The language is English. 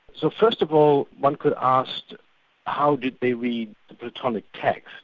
so first of all, one could ask how did they read platonic text,